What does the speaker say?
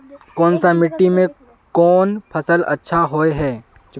कोन सा मिट्टी में कोन फसल अच्छा होय है?